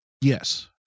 Yes